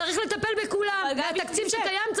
צריך לטפל בכולם והתקציב שקיים,